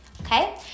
okay